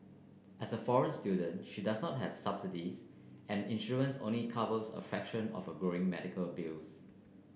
as a foreign student she does not have subsidies and insurance only covers a fraction of her growing medical bills